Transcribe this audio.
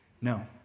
no